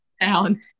down